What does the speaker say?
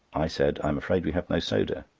i said i am afraid we have no soda.